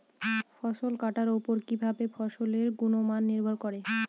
ফসল কাটার উপর কিভাবে ফসলের গুণমান নির্ভর করে?